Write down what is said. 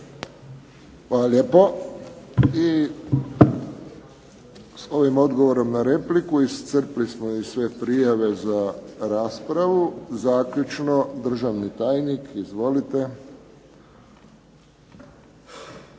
Hvala lijepo. I s ovim odgovorom na repliku iscrpili smo i sve prijave za raspravu. Zaključno državni tajnik. Izvolite.